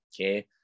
okay